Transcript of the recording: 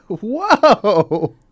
Whoa